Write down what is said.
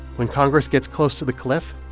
when congress gets close to the cliff,